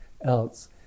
else